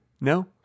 No